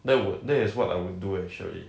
that would that is what I would do actually